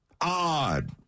Odd